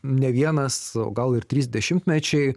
ne vienas o gal ir trys dešimtmečiai